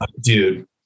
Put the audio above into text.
dude